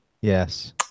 Yes